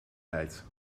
rijdt